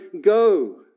Go